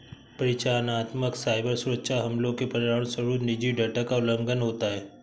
परिचालनात्मक साइबर सुरक्षा हमलों के परिणामस्वरूप निजी डेटा का उल्लंघन होता है